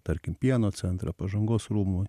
tarkim pieno centrą pažangos rūmai